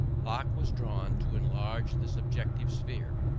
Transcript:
locke was drawn to enlarge the subjective sphere.